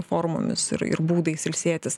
formomis ir ir būdais ilsėtis